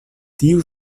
tiu